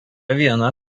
viena